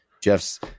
Jeff's